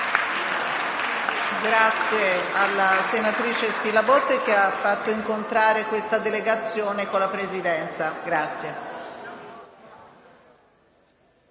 Ringrazio la senatrice Spilabotte, che ha fatto incontrare questa delegazione con la Presidenza.